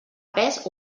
pes